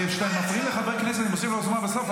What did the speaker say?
וכשאתם מפריעים לחבר כנסת ומוסיפים לו זמן בסוף,